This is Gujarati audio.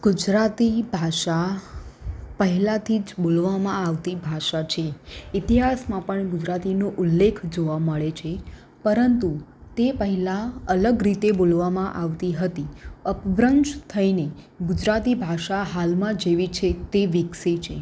ગુજરાતી ભાષા પહેલાંથી જ બોલવામાં આવતી ભાષા છે ઇતિહાસમાં પણ ગુજરાતીનો ઉલ્લેખ જોવા મળે છે પરંતુ તે પહેલાં અલગ રીતે બોલવામાં આવતી હતી અપભ્રંશ થઈને ગુજરાતી ભાષા હાલમાં જેવી છે તે વિકસી છે